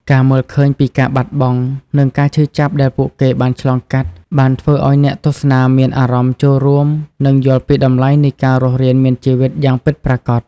ការមើលឃើញពីការបាត់បង់ និងការឈឺចាប់ដែលពួកគេបានឆ្លងកាត់បានធ្វើឲ្យអ្នកទស្សនាមានអារម្មណ៍ចូលរួម និងយល់ពីតម្លៃនៃការរស់រានមានជីវិតយ៉ាងពិតប្រាកដ។